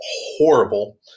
horrible